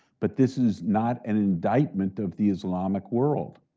but this is not an indictment of the islamic world.